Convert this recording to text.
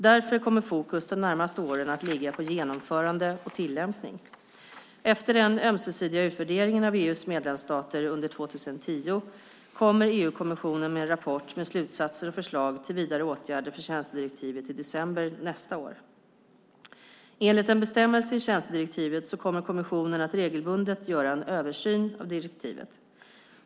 Därför kommer fokus de närmaste åren att ligga på genomförande och tillämpning. Efter den ömsesidiga utvärderingen av EU:s medlemsstater under 2010 kommer EU-kommissionen med en rapport med slutsatser och förslag till vidare åtgärder för tjänstedirektivet i december nästa år. Enligt en bestämmelse i tjänstedirektivet kommer kommissionen att regelbundet göra en översyn av direktivet.